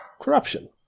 Corruption